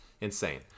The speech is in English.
Insane